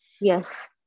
Yes